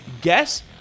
guess